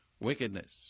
Wickedness